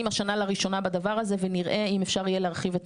השנה לראשונה בדבר הזה ונראה אם אפשר יהיה להרחיב את